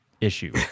issue